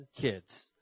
kids